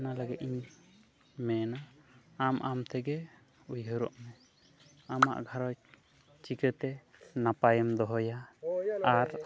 ᱚᱱᱟᱞᱟᱹᱜᱤᱫ ᱤᱧ ᱢᱮᱱᱟ ᱟᱢ ᱟᱢᱛᱮᱜᱮ ᱩᱭᱦᱟᱹᱨᱚᱜ ᱢᱮ ᱟᱢᱟᱜ ᱜᱷᱟᱨᱚᱸᱡᱽ ᱪᱤᱠᱟᱹᱛᱮ ᱱᱟᱯᱟᱭᱮᱢ ᱫᱚᱦᱚᱭᱟ ᱟᱨ